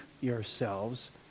yourselves